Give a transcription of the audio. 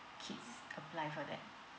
kids apply for that